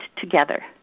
together